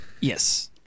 yes